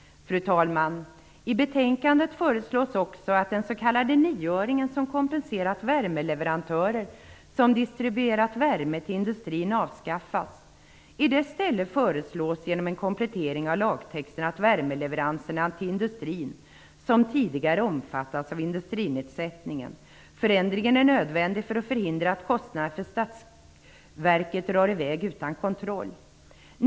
Fru talman! I betänkandet föreslås också att den s.k. nioöringen, som kompenserat värmeleverantörer som distribuerat värme till industrin, avskaffas. I dess ställe föreslås en komplettering av lagtexten beträffande värmeleveranser till industrin som tidigare omfattats av industrinedsättningen. Förändringen är nödvändig för att förhindra att kostnaderna för Statsverket drar i väg utan kontroll.